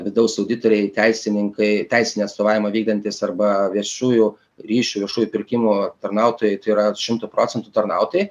vidaus auditoriai teisininkai teisinį atstovavimą vykdantys arba viešųjų ryšių viešųjų pirkimų tarnautojai tai yra šimtu procentų tarnautojai